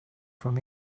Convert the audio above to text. from